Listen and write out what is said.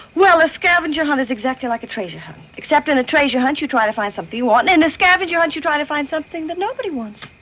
well, a scavenger hunt is exactly like a treasure hunt, except on a treasure hunt. you try to find something you want in a scavenger hunt. you try to find something that nobody wants.